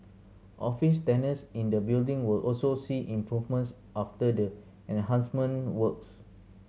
office tenants in the building will also see improvements after the enhancement works